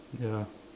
ya